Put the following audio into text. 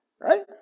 Right